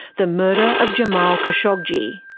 the murder of jamal khashoggi.